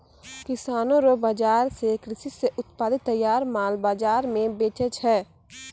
किसानो रो बाजार से कृषि से उत्पादित तैयार माल बाजार मे बेचै छै